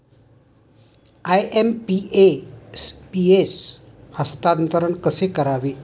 IMPS हस्तांतरण कसे करावे?